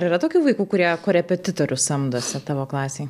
ar yra tokių vaikų kurie korepetitorius samdosi tavo klasėj